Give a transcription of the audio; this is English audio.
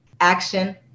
action